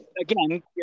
again